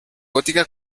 gótica